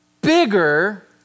bigger